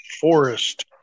forest